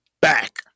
back